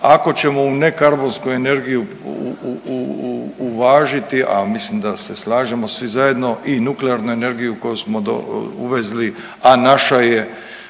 ako ćemo u ne karbonsku energiju uvažiti, a mislim da se slažemo svi zajedno i nuklearnu energiju koju smo uvezli, a naša je